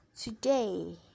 today